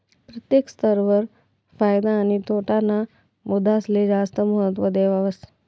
प्रत्येक स्तर वर फायदा आणि तोटा ना मुद्दासले जास्त महत्व देवावस